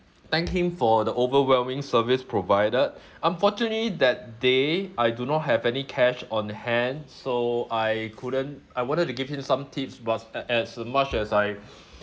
thank him for the overwhelming service provided unfortunately that day I do not have any cash on hand so I couldn't I wanted to give him some tips but uh as much as I